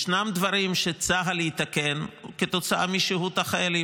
ישנם דברים שצה"ל יתקן כתוצאה משהות החיילים.